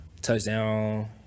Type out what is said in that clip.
Touchdown